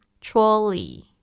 trolley